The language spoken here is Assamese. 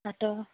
তাঁতৰ